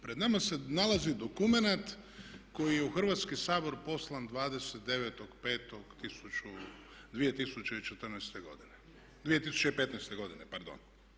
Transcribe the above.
Pred nama se nalazi dokumenat koji je u Hrvatski sabor poslan 29.5.2014. godine, 2015. godine pardon.